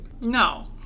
No